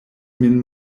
min